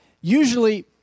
usually